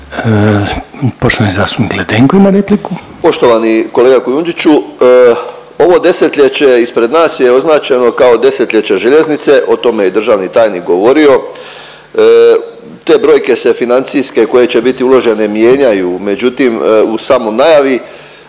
Poštovani kolega Kujundžiću ovo desetljeće ispred nas je označeno kao desetljeće željeznice, o tome je državni tajnik govorio. Te brojke se financijske koje će biti uložene mijenjaju, međutim u samoj najavi